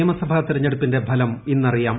നിയമസഭാ തിരഞ്ഞെടുപ്പിന്റെ ഫലം ഇന്നറിയാം